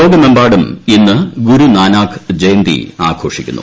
ലോകമെമ്പാടും ഇന്ന് ഗുരുനാനാക്ക് ജയന്തി ആഘോഷിക്കുന്നു